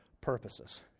purposes